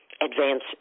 advance